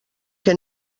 que